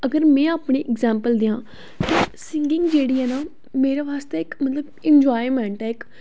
ते अगर में अपनी इग्जैम्पल देआं सिंगिंग जेह्ड़ी ऐ ना मेरे आस्तै मतलब इक इंजायमेंट ऐ